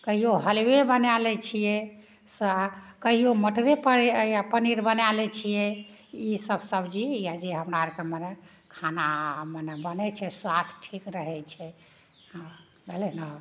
कहियो हलुवे बनाय लै छियै तऽ कहियो मटरे पनीर अइ यऽ पनीर बनय लै छियै ईसब सब्जी इएह जे हमरा आरके मगर खाना मने बनय छै स्वास्थ ठीक रहय छै हँ भेलय ने